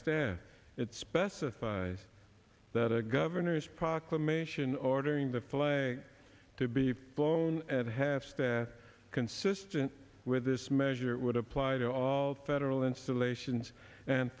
staff it specifies that a governor's proclamation ordering the flag to be flown at half staff consistent with this measure would apply to all federal installations and